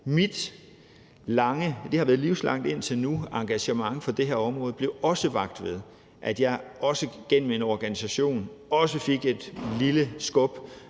indtil nu – engagement for det her område blev vakt ved, at jeg også gennem en organisation fik et lille skub